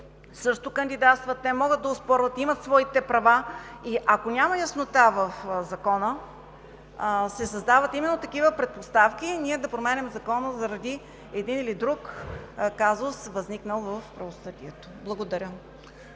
Също кандидатстват! Те могат да оспорват, имат своите права и ако няма яснота в Закона, се създават именно такива предпоставки – да променяме Закона заради един или друг казус, възникнал в правосъдието. Благодаря.